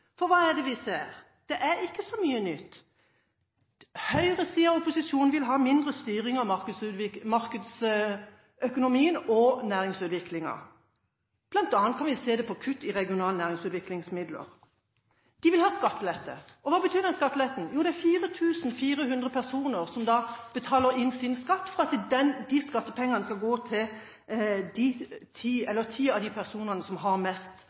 løsninger. Hva er det vi ser? Det er ikke så mye nytt. Høyresiden og opposisjonen vil ha mindre styring av markedsøkonomien og næringsutviklingen. Dette kan vi bl.a. se på kutt i regionale næringsutviklingsmidler. De vil ha skattelette, og hva betyr skatteletten? Jo, det er 4 400 personer som betaler sin skatt, for at de skattepengene skal gå til ti av de personene som har mest